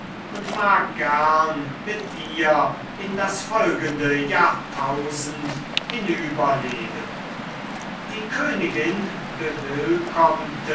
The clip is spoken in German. und mag gern mit dir in das folgende jahrtausend hinüberleben die königin